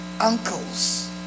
uncles